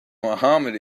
mohammed